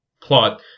plot